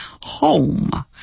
home